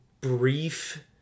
brief